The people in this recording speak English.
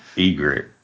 Egret